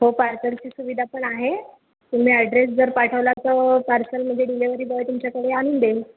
हो पार्सलची सुविधा पण आहे तुम्ही अॅड्रेस जर पाठवला तर पार्सलमध्ये डिलेव्हरी बॉय तुमच्याकडे आणून देईल